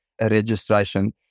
registration